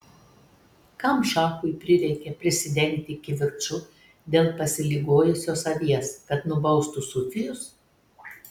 kam šachui prireikė prisidengti kivirču dėl pasiligojusios avies kad nubaustų sufijus